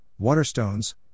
Waterstones